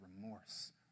remorse